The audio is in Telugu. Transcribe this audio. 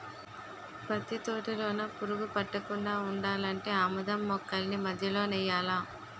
పత్తి తోటలోన పురుగు పట్టకుండా ఉండాలంటే ఆమదం మొక్కల్ని మధ్యలో నెయ్యాలా